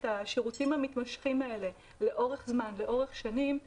השירותים המתמשכים האלה לאורך זמן ולאורך שנים,